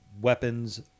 weapons